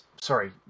sorry